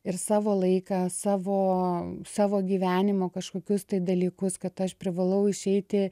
ir savo laiką savo savo gyvenimo kažkokius tai dalykus kad aš privalau išeiti